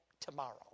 tomorrow